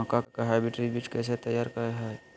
मक्का के हाइब्रिड बीज कैसे तैयार करय हैय?